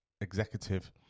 executive